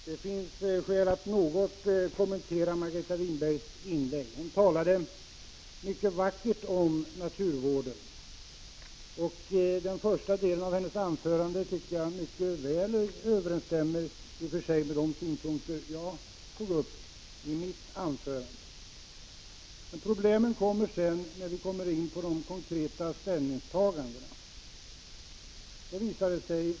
Fru talman! Det finns skäl att något kommentera Margareta Winbergs inlägg. Hon talade mycket vackert om naturvården. Den första delen av hennes anförande stämmer i och för sig överens med de synpunkter som jag tog upp i mitt anförande. Men problemen börjar när vi kommer in på de konkreta ställningstagandena.